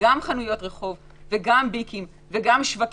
גם חנויות רחוב וגם ביגים וגם שווקים,